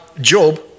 Job